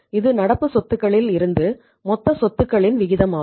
இது நடப்பு சொத்துக்களில் இருந்து மொத்த சொத்துக்களின் விகிதமாகும்